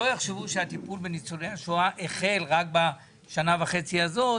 שאנשים לא יחשבו שהטיפול בניצולי השואה החל רק בשנה וחצי הזאת.